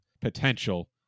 potential